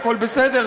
הכול בסדר,